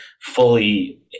fully